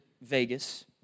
Vegas